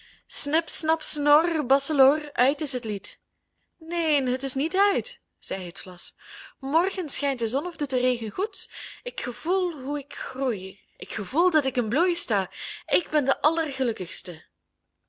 snip snap snor basselor uit is het lied neen het is niet uit zei het vlas morgen schijnt de zon of doet de regen goed ik gevoel hoe ik groei ik gevoel dat ik in bloei sta ik ben de allergelukkigste